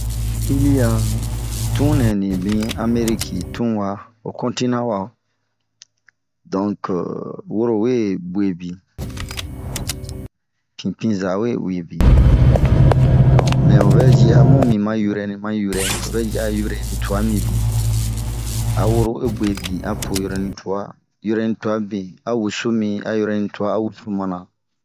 Sili a tun nɛɛ ri mii amriki tun wa, ho kontina wa.donke woro we guebin, pinpinza we uwe bin. Donk ovɛ yi ami mi yurɛni ma yurɛni, mɛ ovɛ yi a yurɛni tuan mibin ni, a woro we guebini a poo yuɛni tuan, yurɛ ni tuan mibin a wusu min yurɛni tuan a wusu mana.